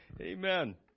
Amen